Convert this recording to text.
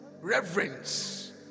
reverence